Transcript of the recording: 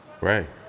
Right